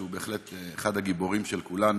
שהוא בהחלט אחד הגיבורים של כולנו.